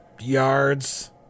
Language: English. yards